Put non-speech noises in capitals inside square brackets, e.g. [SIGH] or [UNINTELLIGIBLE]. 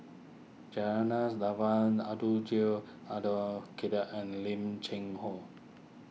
[UNINTELLIGIBLE] Devan Abdul Jill Abdul Kadir and Lim Cheng Hoe